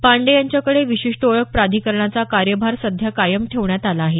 पांडे यांच्याकडे विशिष्ट ओळख प्राधिकरणाचा कार्यभार सध्या कायम ठेवण्यात आला आहे